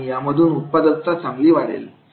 आणि या मधून उत्पादकता चांगली वाढेल